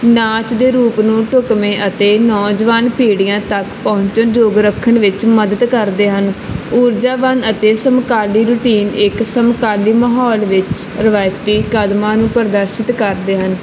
ਨਾਚ ਦੇ ਰੂਪ ਨੂੰ ਢੁੱਕਵੇਂ ਅਤੇ ਨੌਜਵਾਨ ਪੀੜ੍ਹੀਆਂ ਤੱਕ ਪਹੁੰਚਣਯੋਗ ਰੱਖਣ ਵਿੱਚ ਮਦਦ ਕਰਦੇ ਹਨ ਊਰਜਾਵਾਨ ਅਤੇ ਸਮਕਾਲੀ ਰੁਟੀਨ ਇੱਕ ਸਮਕਾਲੀ ਮਹੌਲ ਵਿੱਚ ਰਿਵਾਇਤੀ ਕਦਮਾਂ ਨੂੰ ਪ੍ਰਦਰਸ਼ਿਤ ਕਰਦੇ ਹਨ